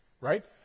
Right